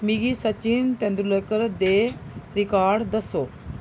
मिगी सचिन तेंदुलकर दे रिकार्ड दस्सो